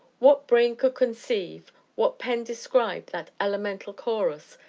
what brain could conceive what pen describe that elemental chorus,